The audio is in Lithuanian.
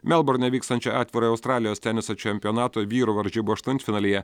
melburne vykstančio atvirojo australijos teniso čempionato vyrų varžybų aštuntfinalyje